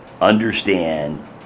understand